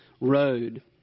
road